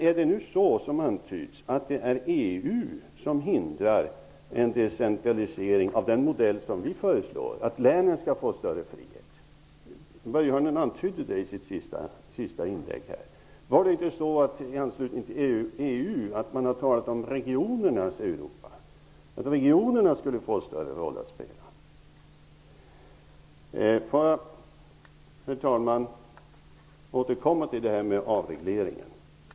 Är det EU som hindrar en decentralisering enligt den modell som vi föreslår, att länen skall få större frihet? Börje Hörnlund antydde det i sitt senaste inlägg. Har man inte i anslutning till EU talat om regionernas Europa? Regionerna skulle få en större roll att spela. Får jag återkomma till frågan om avregleringen.